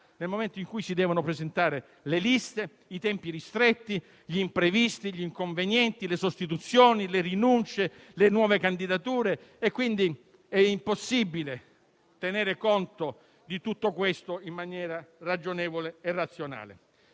nel momento in cui si devono presentare le liste, con i tempi ristretti, gli imprevisti, gli inconvenienti, le sostituzioni, le rinunce e le nuove candidature. È impossibile tenere conto di tutto questo in maniera ragionevole e razionale.